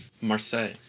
Marseille